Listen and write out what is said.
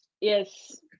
Yes